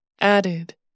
added